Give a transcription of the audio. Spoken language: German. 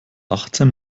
achtzehn